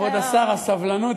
כבוד השר, הסבלנות